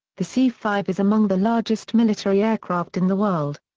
the c five is among the largest military aircraft in the world.